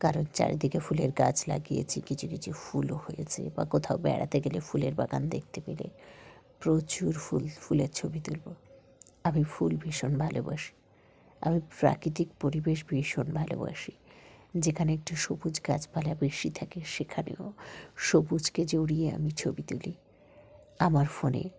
কারণ চারিদিকে ফুলের গাছ লাগিয়েছি কিছু কিছু ফুলও হয়েছে বা কোথাও বেড়াতে গেলে ফুলের বাগান দেখতে পেলে প্রচুর ফুল ফুলের ছবি তুলব আমি ফুল ভীষণ ভালোবাসি আমি প্রাকৃতিক পরিবেশ ভীষণ ভালোবাসি যেখানে একটু সবুজ গাছপালা বেশি থাকে সেখানেও সবুজকে জড়িয়ে আমি ছবি তুলি আমার ফোনে